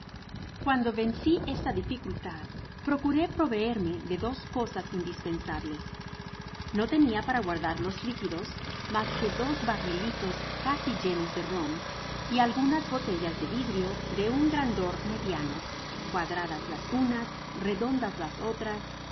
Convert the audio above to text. cuando vencí esta dificultad procuré proveerme de dos cosas indispensables no tenia para guardar los líquidos mas que dos barrilitos casi llenos de rom y algunas botellas de vidrio de un grandor mediano cuadradas las unas redondas las otras